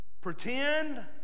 pretend